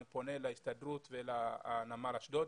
אני פונה להסתדרות ולנמל אשדוד,